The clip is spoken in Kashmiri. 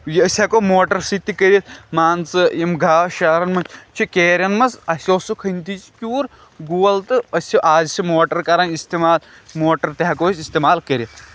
یہِ أسۍ ہٮ۪کو موٹَر سۭتۍ تہِ کٔرِتھ مان ژٕ یِم گام شہرَن منٛز چھِ کیہرٮ۪ن منٛز اَسہِ اوس سُہ کھٔنتھٕے سُہ کیوُہُر گول تہٕ أسۍ چھِ اَز چھِ موٹَر کَران استعمال موٹَر تہِ ہٮ۪کو أسۍ استعمال کٔرِتھ